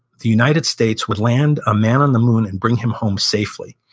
the united states would land a man on the moon and bring him home safely.